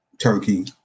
turkey